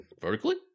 vertically